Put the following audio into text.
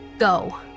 Go